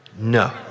No